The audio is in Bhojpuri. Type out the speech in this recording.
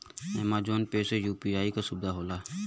अमेजॉन ऐप में यू.पी.आई क सुविधा होला